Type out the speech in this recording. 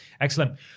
excellent